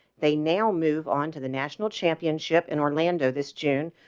they now move on to the national championship in orlando. this june,